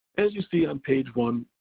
as you see on page one,